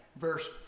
verse